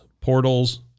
portals